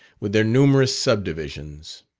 with their numerous subdivisions.